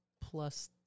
plus